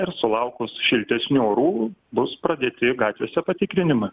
ir sulaukus šiltesnių orų bus pradėti gatvėse patikrinimai